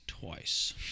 Twice